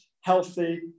healthy